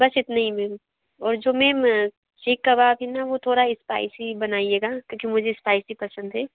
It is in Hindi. बस इतने ही मैम और जो मेंम सीख कबाब है ना वो थोड़ा इस्पाइसी बनाइएगा क्योंकि मुझे इस्पाइसी पसंद है